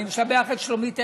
אני משבח את שלומית ארליך,